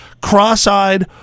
cross-eyed